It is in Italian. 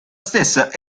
stessa